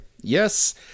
Yes